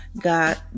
God